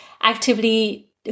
actively